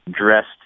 dressed